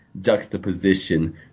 juxtaposition